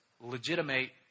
legitimate